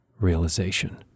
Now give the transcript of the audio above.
realization